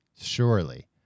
Surely